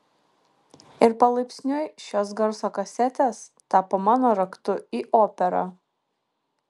ir palaipsniui šios garso kasetės tapo mano raktu į operą